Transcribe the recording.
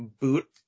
boot